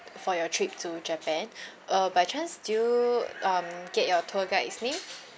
for your trip to japan uh by chance do you um get your tour guide's name